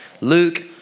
Luke